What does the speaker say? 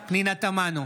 בהצבעה פנינה תמנו,